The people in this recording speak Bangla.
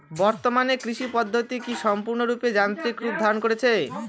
বর্তমানে কৃষি পদ্ধতি কি সম্পূর্ণরূপে যান্ত্রিক রূপ ধারণ করেছে?